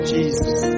Jesus